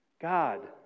God